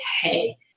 hey